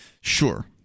Sure